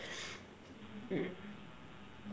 mm